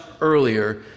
earlier